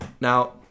now